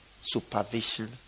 supervision